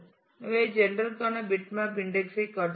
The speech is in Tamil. எனவே ஜெண்டர் ற்கான பிட்மேப் இன்டெக்ஸ் ஐ காட்டுகிறோம்